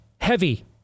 heavy